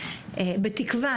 בתקווה,